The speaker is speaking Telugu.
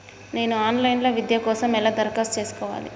నేను ఆన్ లైన్ విద్య కోసం ఎలా దరఖాస్తు చేసుకోవాలి?